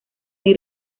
hay